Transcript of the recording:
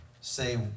say